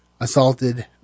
assaulted